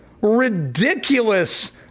ridiculous